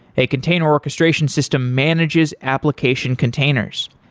a container orchestration system manages application containers.